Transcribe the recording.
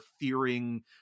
fearing